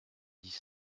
dix